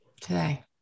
today